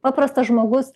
paprastas žmogus